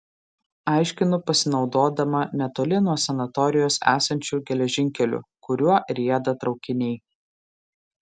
aiškinu pasinaudodama netoli nuo sanatorijos esančiu geležinkeliu kuriuo rieda traukiniai